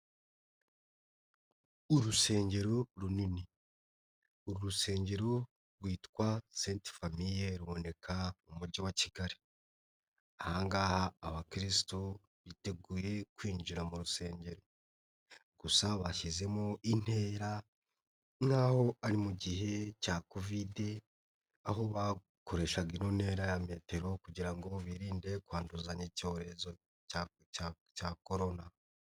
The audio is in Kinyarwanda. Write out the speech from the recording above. Urusengero runini, uru rusengero rwitwa saint famille ruboneka mu mujyi wa Kigali, aha ngaha abakirisitu biteguye kwinjira mu rusengero, gusa bashyizemo intera nk'aho ari mu gihe cya kovide, aho bakoreshaga iyo ntera ya metero kugira ngo birinde kwanduzanya icyorezo cya Korona.